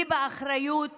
היא באחריות